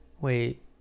Wait